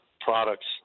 products